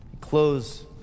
Close